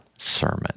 Sermon